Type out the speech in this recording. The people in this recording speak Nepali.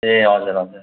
ए हजुर हजुर